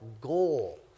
goal